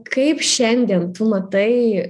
kaip šiandien tu matai